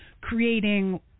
creating